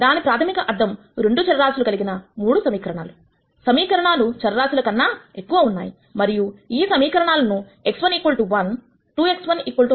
దాని ప్రాథమిక అర్థం రెండు చరరాశుల కలిగిన 3 సమీకరణాలు సమీకరణాలు చరరాశుల కన్నాఎక్కువ ఉన్నాయి మరియు ఈ సమీకరణాలను x1 1 2x1 0